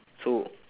so